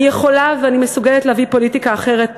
אני יכולה ואני מסוגלת להביא פוליטיקה אחרת,